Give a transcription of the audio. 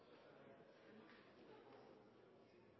er nok